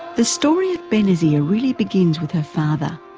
the story of benazir really begins with her father,